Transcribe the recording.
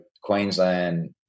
Queensland